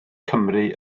cymru